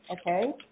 okay